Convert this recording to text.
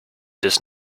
does